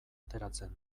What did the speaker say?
ateratzen